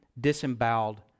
disemboweled